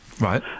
Right